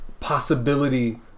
possibility